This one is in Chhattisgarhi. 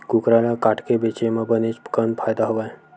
कुकरा ल काटके बेचे म बनेच पन फायदा होथे